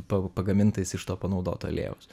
pau pagamintais iš to panaudoto aliejaus